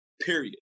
period